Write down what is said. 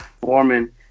Foreman